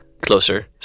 Closer